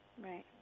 Right